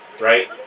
right